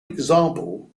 example